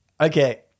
Okay